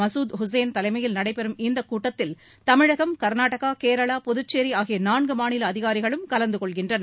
மசூத் உசேன் தலைமையில் நடைபெறும் இக்கூட்டத்தில் தமிழகம் கர்நாடகா கேரளா புதுச்சேரி ஆகிய நான்கு மாநில அதிகாரிகளும் கலந்து கொள்கின்றனர்